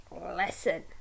lesson